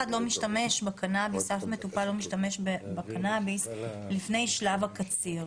אף מטופל לא משתמש בקנאביס לפני שלב הקציר.